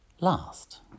last